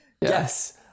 Yes